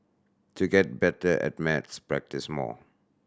to get better at maths practise more